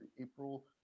April